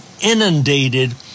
inundated